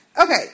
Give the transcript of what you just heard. Okay